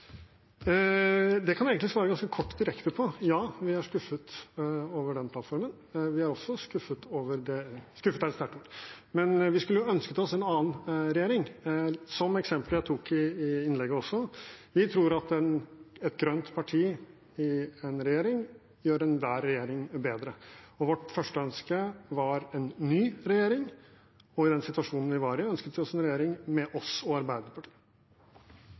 Det kan jeg egentlig svare ganske kort og direkte på: Ja, vi er skuffet over den plattformen. Skuffet er et sterkt ord, men vi skulle ønsket oss en annen regjering. Som i eksempelet jeg tok i innlegget, tror vi at et grønt parti i en regjering gjør enhver regjering bedre. Vårt første ønske var en ny regjering, og i den situasjonen vi var i, ønsket vi oss en regjering med oss og Arbeiderpartiet.